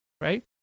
right